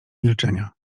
milczenia